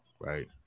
right